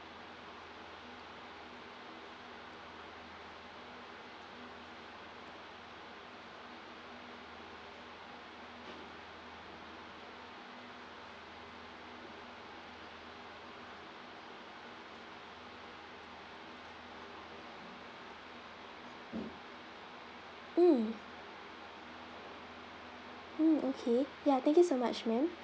mm okay ya thank you so much ma'am